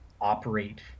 operate